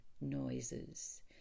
noises